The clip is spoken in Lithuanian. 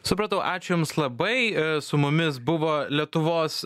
supratau ačiū jums labai su mumis buvo lietuvos